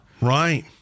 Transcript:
Right